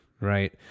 right